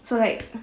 so like